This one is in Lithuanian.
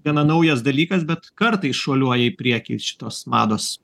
gana naujas dalykas bet kartais šuoliuoja į priekį šitos mados